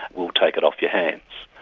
we'll take it off your hands.